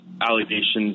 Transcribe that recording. allegations